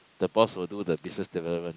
the boss will do the business development